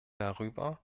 darüber